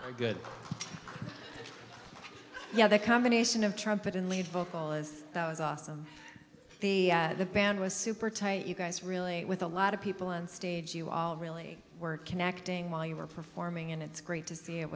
are good yeah the combination of trumpet and lead vocal as that was awesome the band was super tight you guys really with a lot of people on stage you all really were connecting while you were performing and it's great to see it